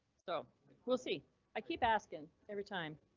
so like we'll see i keep asking every time.